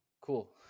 Cool